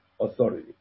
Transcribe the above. authority